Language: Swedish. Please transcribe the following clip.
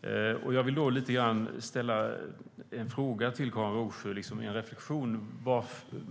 Jag har en reflexion som jag vill delge Karin Rågsjö.